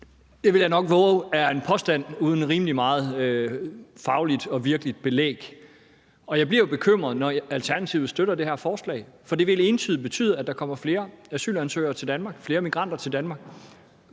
Det vil jeg nok vove er en påstand, der ikke er rimelig meget fagligt og virkeligt belæg for, og jeg bliver jo bekymret, når Alternativet støtter det her forslag, for det vil entydigt betyde, at der kommer flere asylansøgere til Danmark og flere migranter til Danmark.